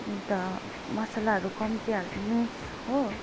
अन्त मसलाहरू कम्ती हालिदिनुहोस् हो